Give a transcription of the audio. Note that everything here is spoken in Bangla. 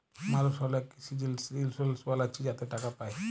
মালুস অলেক কিসি জিলিসে ইলসুরেলস বালাচ্ছে যাতে টাকা পায়